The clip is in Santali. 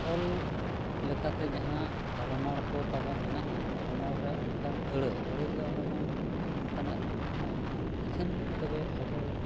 ᱚᱞ ᱞᱮᱠᱟᱛᱮ ᱡᱟᱦᱟᱸ ᱨᱚᱱᱚᱲ ᱠᱚ ᱛᱟᱵᱚᱱ ᱢᱮᱱᱟᱜᱼᱟ ᱨᱚᱱᱚᱲ ᱨᱮ ᱚᱱᱠᱟᱱ ᱟᱹᱲᱟᱹ ᱟᱹᱲᱟᱹᱜᱮ ᱚᱸᱰᱮᱼᱢᱟ ᱚᱱᱠᱟᱱᱟᱜ ᱦᱤᱡᱩᱜ ᱠᱟᱱᱟ ᱤᱠᱷᱟᱹᱱ ᱛᱚᱵᱮ ᱟᱵᱚ